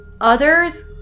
others